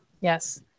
Yes